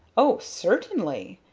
oh, certainly.